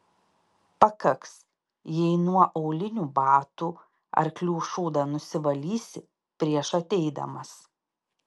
pakaks jei nuo aulinių batų arklių šūdą nusivalysi prieš ateidamas